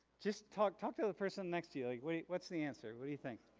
just talk, talk to the person next to ah you wait what's the answer what do you think